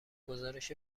گزارش